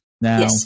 Now